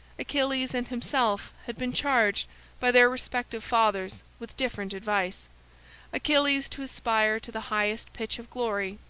achilles and himself had been charged by their respective fathers with different advice achilles to aspire to the highest pitch of glory,